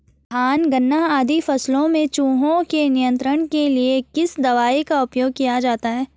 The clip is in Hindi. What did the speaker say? धान गन्ना आदि फसलों में चूहों के नियंत्रण के लिए किस दवाई का उपयोग किया जाता है?